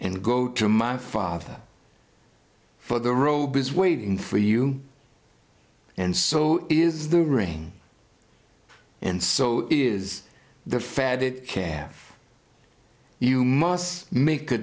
and go to my father for the robe is waiting for you and so is the ring and so is the fed it care you must make a